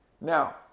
Now